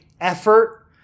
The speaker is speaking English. effort